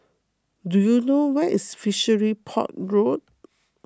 do you know where is Fishery Port Road